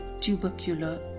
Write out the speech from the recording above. tubercular